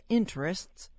interests